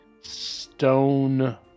stone